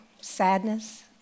sadness